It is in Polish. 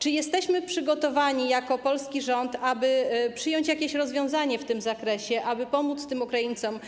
Czy jesteśmy przygotowani jako polski rząd, aby przyjąć jakieś rozwiązanie w tym zakresie, aby pomóc tym Ukraińcom